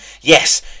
Yes